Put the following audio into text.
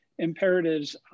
imperatives